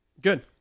Good